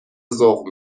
ذوق